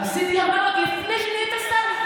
עשיתי עוד לפני שנהיית שר.